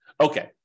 Okay